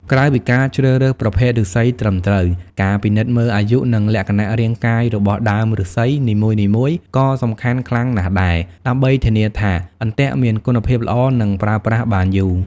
ក្រៅពីការជ្រើសរើសប្រភេទឫស្សីត្រឹមត្រូវ ការពិនិត្យមើលអាយុនិងលក្ខណៈរាងកាយរបស់ដើមឫស្សីនីមួយៗក៏សំខាន់ខ្លាំងណាស់ដែរ ដើម្បីធានាថាអន្ទាក់មានគុណភាពល្អនិងប្រើប្រាស់បានយូរ។